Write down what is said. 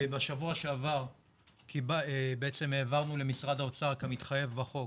בשבוע שעבר העברנו למשרד האוצר כמתחייב בחוק